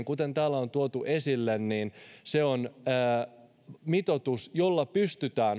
kuten täällä on tuotu esille mitoitus jolla pystytään